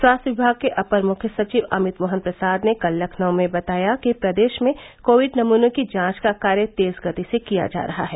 स्वास्थ्य विभाग के अपर मुख्य सचिव अमित मोहन प्रसाद ने कल लखनऊ में बताया कि प्रदेश में कोविड नमूनों की जांच का कार्य तेज गति से किया जा रहा है